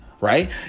right